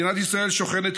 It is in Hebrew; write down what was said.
ישראל שוכנת,